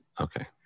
okay